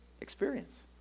Experience